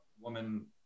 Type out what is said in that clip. woman